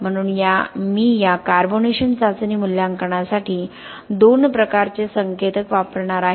म्हणून मी या कार्बोनेशन चाचणी मूल्यांकनासाठी दोन प्रकारचे संकेतक वापरणार आहे